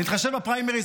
נתחשב בפריימריז.